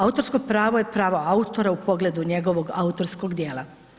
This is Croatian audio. Autorsko pravo je pravo autora u pogledu njegovog autorskog djela.